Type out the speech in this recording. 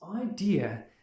idea